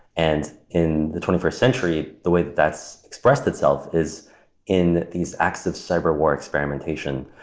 and in the twenty first century, the way that that's expressed itself is in these acts of cyberwar experimentation.